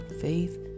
faith